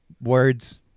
Words